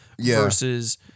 versus